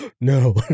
No